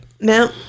No